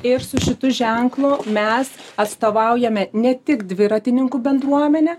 ir su šitu ženklu mes atstovaujame ne tik dviratininkų bendruomenę